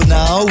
now